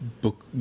Book